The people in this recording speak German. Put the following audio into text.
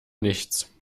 nichts